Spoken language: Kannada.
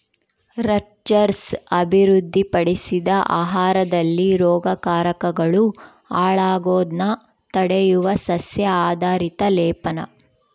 ರಟ್ಜರ್ಸ್ ಅಭಿವೃದ್ಧಿಪಡಿಸಿದ ಆಹಾರದಲ್ಲಿ ರೋಗಕಾರಕಗಳು ಹಾಳಾಗೋದ್ನ ತಡೆಯುವ ಸಸ್ಯ ಆಧಾರಿತ ಲೇಪನ